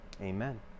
amen